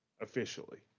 Officially